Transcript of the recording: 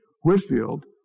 Whitfield